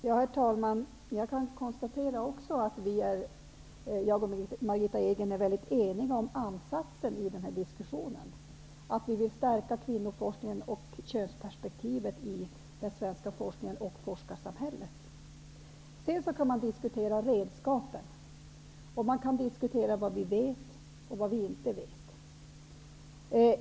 Herr talman! Jag kan också konstatera att jag och Margitta Edgren är eniga om ansatsen i denna diskussion, att vi vill stärka kvinnoforskningen och könsperspektivet i den svenska forskningen och det svenska forskarsamhället. Sedan kan man diskutera redskapen. Man kan diskutera vad vi vet och vad vi inte vet.